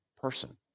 person